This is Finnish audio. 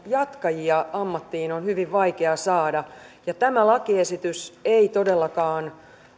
jatkajia ammattiin on hyvin vaikea saada ja tämä lakiesitys ei todellakaan